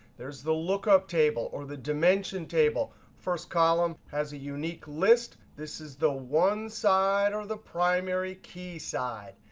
there's the lookup table, or the dimension table. first column has a unique list. this is the one side, or the primary key side.